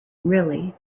really